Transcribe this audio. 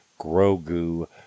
Grogu